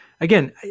again